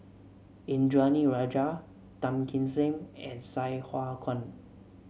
Indranee Rajah Tan Kim Seng and Sai Hua Kuan